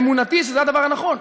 אמונתי שזה הדבר הנכון.